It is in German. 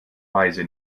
weise